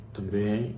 também